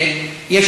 ועדת הכספים.